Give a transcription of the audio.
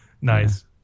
Nice